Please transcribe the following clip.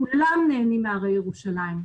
כולם נהנים מהרי ירושלים.